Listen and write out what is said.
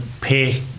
pay